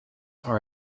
are